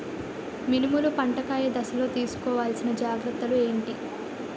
మినుములు పంట కాయ దశలో తిస్కోవాలసిన జాగ్రత్తలు ఏంటి?